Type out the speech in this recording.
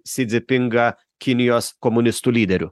si dzipingą kinijos komunistų lyderiu